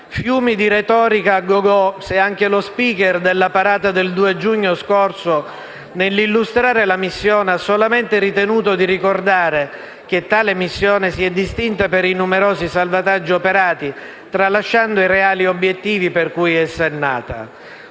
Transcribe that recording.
Fiumi di retorica a gogò, se anche lo *speaker* della parata del 2 giugno scorso, nell'illustrare la missione, ha solamente ritenuto di ricordare che tale missione si è distinta per i numerosi salvataggi operati, tralasciando i reali obiettivi per cui è nata.